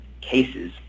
cases